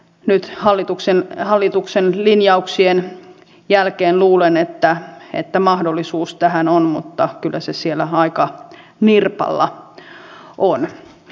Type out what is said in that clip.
nyt hallituksen linjauksien jälkeen luulen että mahdollisuus tähän on mutta kyllä se siellä aika nirpalla on